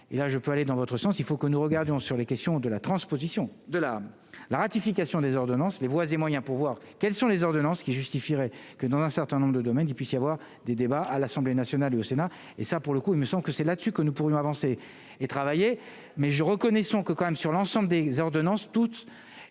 et là je peux aller dans votre sens, il faut que nous regardions sur les questions de la transposition de la la ratification des ordonnances, les voies et moyens pour voir quels sont les ordonnances qui justifieraient que dans un certain nombre de domaines, il puisse y avoir des débats à l'Assemblée nationale et au Sénat et ça pour le coup, je me sens que c'est là-dessus que nous pourrions avancer et travailler mais je reconnaissons que quand même sur l'ensemble des ordonnances toutes